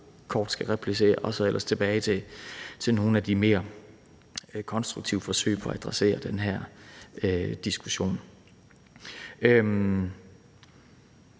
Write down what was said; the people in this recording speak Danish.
kort skal replicere på det. Og så vil jeg ellers vende tilbage til nogle af de mere konstruktive forsøg på at adressere den her diskussion.